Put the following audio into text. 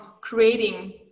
creating